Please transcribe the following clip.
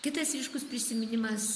kitas ryškus prisiminimas